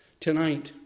tonight